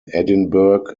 edinburgh